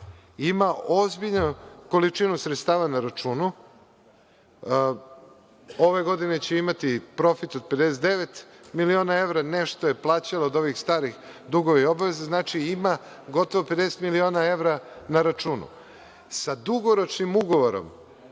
Ima ozbiljnu količinu sredstava na računu. Ove godine će imati profit od 59 miliona evra, nešto je plaćala od ovih starih dugova i obaveza. Znači, ima gotovo 50 miliona evra na računu. Sa dugoročnim ugovorom